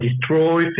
destroy